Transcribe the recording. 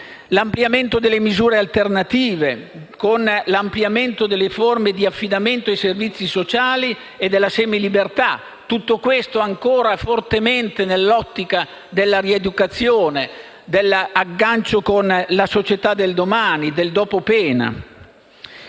L'ampliamento delle misure alternative con l'ampliamento delle forme di affidamento ai servizi sociali e della semilibertà: tutto questo rientra fortemente nell'ottica della rieducazione, dell'aggancio con la società del domani, del dopo pena.